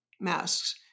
masks